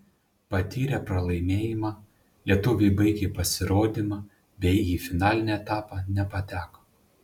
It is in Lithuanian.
patyrę pralaimėjimą lietuviai baigė pasirodymą bei į finalinį etapą nepateko